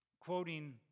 Quoting